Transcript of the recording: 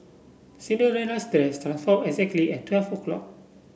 Cinderella's dress form exactly at twelve o'clock